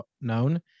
known